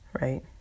right